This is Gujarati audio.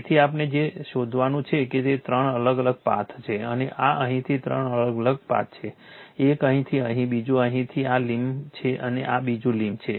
તેથી આપણે એ શોધવાનું છે કે તે ત્રણ અલગ અલગ પાથ છે અને આ અહીંથી ત્રણ અલગ અલગ પાથ છે એક અહીંથી અહીં બીજું અહીં આ લીમ્બ છે અને આ બીજું લીમ્બ છે